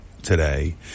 today